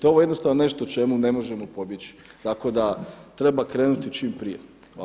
Ovo je jednostavno nešto čemu ne možemo pobjeći, tako da treba krenuti čim prije.